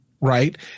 right